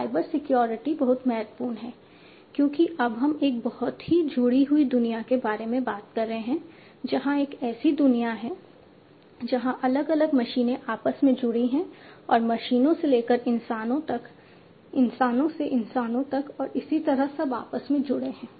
cyber security बहुत महत्वपूर्ण है क्योंकि अब हम एक बहुत ही जुड़ी हुई दुनिया के बारे में बात कर रहे हैं जहां एक ऐसी दुनिया है जहां अलग अलग मशीनें आपस में जुड़ी हैं और मशीनों से लेकर इंसानों तक इंसानों से इंसानों तक और इसी तरह सब आपस में जुड़े हैं